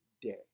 day